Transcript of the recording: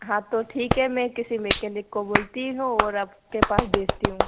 हाँ तो ठीक है मैं किसी मेकेनिक को बोलती हूँ ओर आपके पास भेजती हूँ